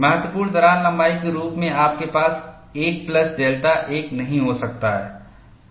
महत्वपूर्ण दरार लंबाई के रूप में आपके पास 1 प्लस डेल्टा 1 नहीं हो सकता है